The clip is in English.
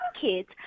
kids